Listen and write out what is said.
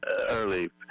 early